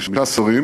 חמישה שרים,